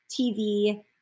TV